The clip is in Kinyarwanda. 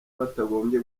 batagombye